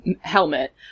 helmet